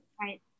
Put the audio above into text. Right